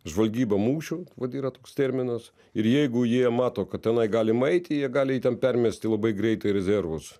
žvalgyba mūšiu vat yra toks terminas ir jeigu jie mato kad tenai galima eiti jie gali ten permesti labai greitai rezervus